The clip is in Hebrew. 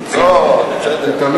תמצא אותן.